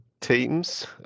teams